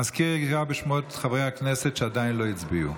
המזכיר יקרא בשמות חברי הכנסת שעדיין לא הצביעו.